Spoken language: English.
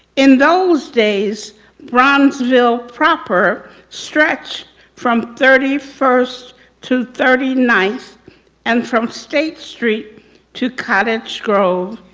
in those days bronzeville proper stretched from thirty first to thirty ninth and from state street to cottage grove.